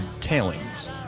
tailings